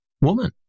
woman